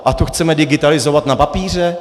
A to chceme digitalizovat na papíře?